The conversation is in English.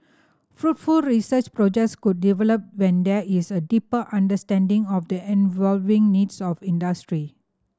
fruitful research projects could develop when there is a deeper understanding of the evolving needs of industry